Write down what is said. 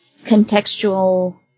contextual